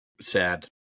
sad